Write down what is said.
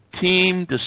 team